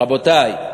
רבותי,